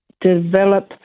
develop